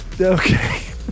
Okay